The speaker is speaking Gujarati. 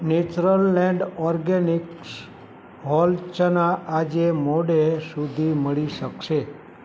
નેચરલલેન્ડ ઓર્ગેનિક્સ હોલ ચણા આજે મોડે સુધી મળી શકશે